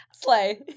Slay